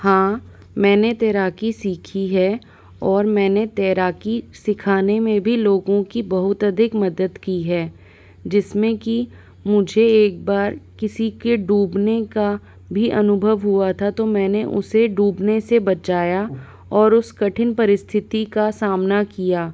हाँ मैंने तैराकी सीखी है और मैंने तैराकी सीखाने में भी लोगों की बहुत अधिक मदद की है जिसमें की मुझे एक बार किसी के डूबने का भी अनुभव हुआ था तो मैंने उसे डूबने से बचाया और उस कठिन परिस्थिति का सामना किया